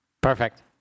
perfect